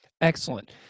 Excellent